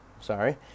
sorry